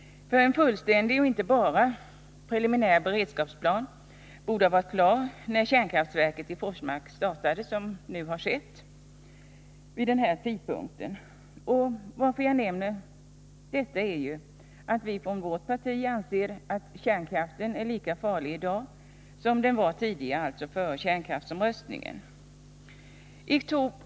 En fullständig och inte bara preliminär beredskapsplan borde ha varit klar, när kärnkraftverket Forsmark startades, vilket har skett vid den här tidpunkten. Att jag nämner detta beror på att vi från vårt parti anser att kärnkraften är lika farlig i dag som den var tidigare, alltså före kärnkraftsomröstningen.